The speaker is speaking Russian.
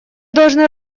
должны